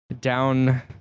down